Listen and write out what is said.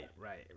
right